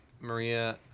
Maria